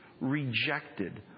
rejected